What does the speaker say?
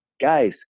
guys